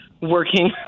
Working